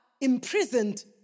imprisoned